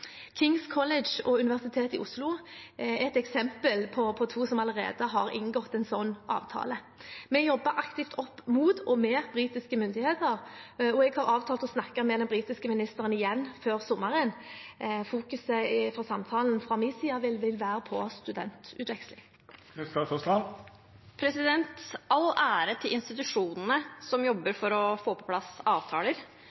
College og Universitetet i Oslo er et eksempel på to som allerede har inngått en slik avtale. Vi jobber aktivt opp mot og med britiske myndigheter, og jeg har avtalt å snakke med den britiske ministeren igjen før sommeren. Fokuset for samtalen fra min side vil være på studentutveksling. All ære til institusjonene som jobber